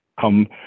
come